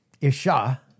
Isha